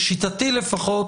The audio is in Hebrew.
לשיטתי לפחות,